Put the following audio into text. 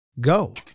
Go